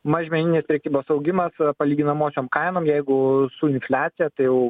mažmeninė prekybos augimas palyginamosiom kainom jeigu su infliacija tai jau